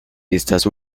estas